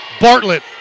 Bartlett